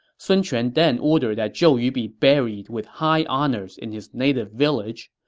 sun quan then ordered that zhou yu be buried with high honors in his native village.